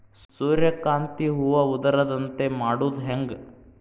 ಸೂರ್ಯಕಾಂತಿ ಹೂವ ಉದರದಂತೆ ಮಾಡುದ ಹೆಂಗ್?